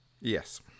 Yes